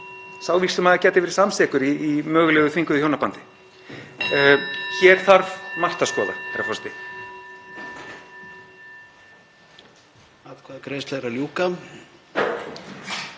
Sá vígslumaður gæti verið samsekur í mögulegu þvinguðu hjónabandi. Hér þarf margt að skoða, herra forseti.